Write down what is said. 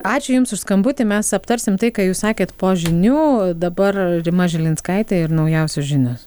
ačiū jums už skambutį mes aptarsim tai ką jūs sakėt po žinių dabar rima žilinskaitė ir naujausios žinios